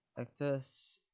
actors